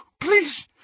please